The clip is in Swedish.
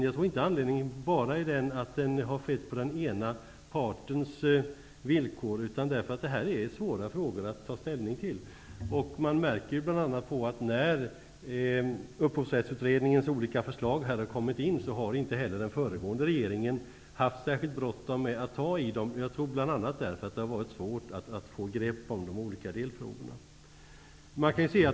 Jag tror inte att anledningen är att den bara har förts på den ena partens villkor. Detta är svåra frågor att ta ställning till. Det märker man bl.a. på att den föregående regeringen, när upphovsrättsutredningens olika förslag hade kommit in, inte hade särskilt bråttom att ta itu med dem. Jag tror att det beror på att det har varit svårt att få grepp om de olika delfrågorna.